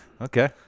Okay